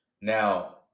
Now